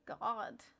God